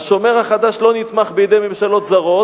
"השומר החדש" לא נתמך בידי ממשלות זרות,